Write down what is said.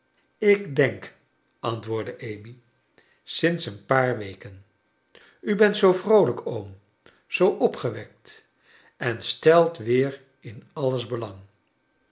ik denk antwoordde amy sinds een paar weken u bent zoo vroolijk oom zoo opgewekt en stelt weer in alles belang